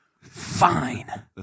Fine